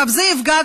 זה יפגע,